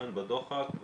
בדוחק,